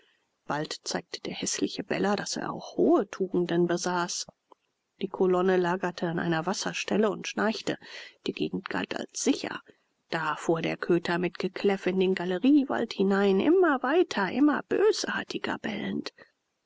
bald zeigte der häßliche beller daß er auch hohe tugenden besaß die kolonne lagerte an einer wasserstelle und schnarchte die gegend galt als sicher da fuhr der köter mit gekläff in den galeriewald hinein immer weiter immer bösartiger bellend